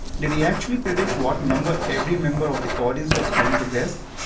did he actually predict what number every member of the audience was going to guess?